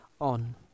on